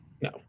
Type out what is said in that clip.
No